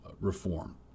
reform